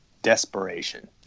desperation